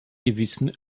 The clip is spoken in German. gewissen